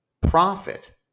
profit